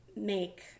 make